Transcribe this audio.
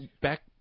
back